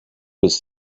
bis